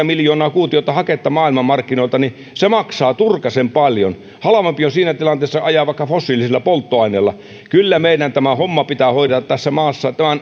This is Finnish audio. miljoonaa kuutiota haketta maailmanmarkkinoilta se maksaa turkasen paljon halvempi on siinä tilanteessa ajaa vaikka fossiilisilla polttoaineilla kyllä meidän tämä homma pitää hoidella tässä maassa